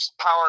power